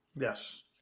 Yes